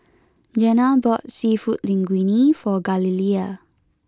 Jeanna bought Seafood Linguine for Galilea